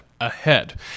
ahead